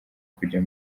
kujya